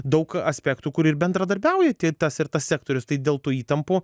daug aspektų kur ir bendradarbiauja tie tas ir tas sektorius tai dėl tų įtampų